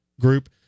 group